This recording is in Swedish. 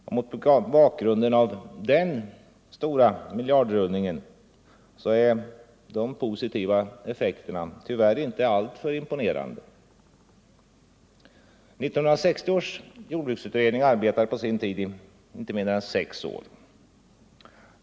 Och mot bakgrunden av denna miljardrullning är de positiva effekterna tyvärr inte alltför imponerande. 1960 års jordbruksutredning arbetade på sin tid i inte mindre än sex år.